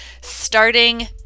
starting